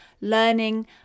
learning